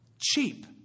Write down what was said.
Cheap